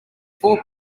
four